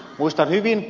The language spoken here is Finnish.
muistan hyvin